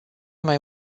mai